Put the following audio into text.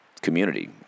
community